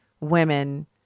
women